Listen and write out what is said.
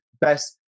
best